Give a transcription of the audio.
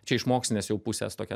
čia iš mokslinės jau pusės tokia